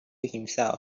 himself